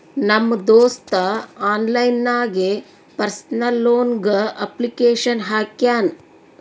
ನಮ್ ದೋಸ್ತ ಆನ್ಲೈನ್ ನಾಗೆ ಪರ್ಸನಲ್ ಲೋನ್ಗ್ ಅಪ್ಲಿಕೇಶನ್ ಹಾಕ್ಯಾನ್